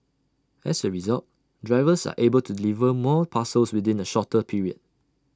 as A result drivers are able to deliver more parcels within A shorter period